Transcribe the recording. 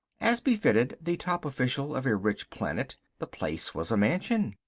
as befitted the top official of a rich planet, the place was a mansion.